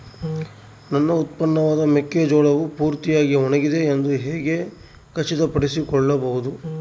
ನನ್ನ ಉತ್ಪನ್ನವಾದ ಮೆಕ್ಕೆಜೋಳವು ಪೂರ್ತಿಯಾಗಿ ಒಣಗಿದೆ ಎಂದು ಹೇಗೆ ಖಚಿತಪಡಿಸಿಕೊಳ್ಳಬಹುದು?